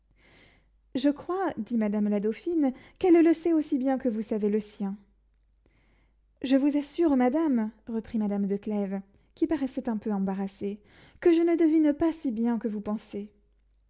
je crois dit madame la dauphine qu'elle le sait aussi bien que vous savez le sien je vous assure madame reprit madame de clèves qui paraissait un peu embarrassée que je ne devine pas si bien que vous pensez